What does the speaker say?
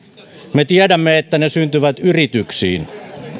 me tiedämme että ne syntyvät yrityksiin